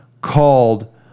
called